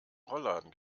rollladen